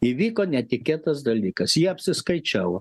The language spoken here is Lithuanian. įvyko netikėtas dalykas jie apsiskaičiavo